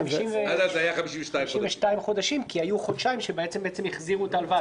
היו 52 חודשים כי היו חודשיים שהחזירו את ההלוואה.